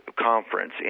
conference